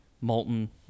molten